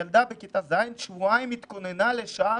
ילדה בכיתה ז' שבועיים התכוננה לשעה